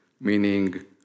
meaning